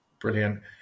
Brilliant